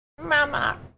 Mama